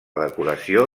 decoració